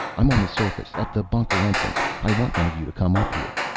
i'm on the surface. at the bunker entrance. i want one of you to come up here.